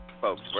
folks